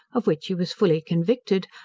of which he was fully convicted,